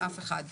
אף אחד.